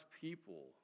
people